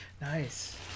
Nice